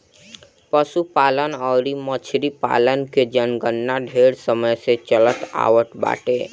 पशुपालन अउरी मछरी पालन के जनगणना ढेर समय से चलत आवत बाटे